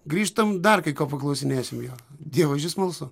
grįžtam dar kai ko paklausinėsim jo dievaži smalsu